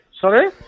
Sorry